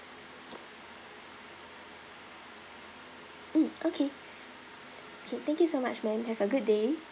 mm okay okay thank you so much ma'am have a good day